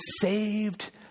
saved